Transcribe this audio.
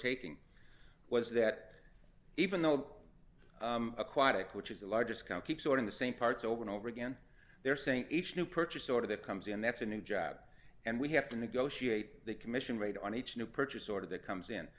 taking was that even though aquatic which is the largest account keep sort of the same parts over and over again they're saying each new purchase order that comes in that's a new job and we have to negotiate the commission rate on each new purchase order that comes in